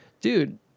Dude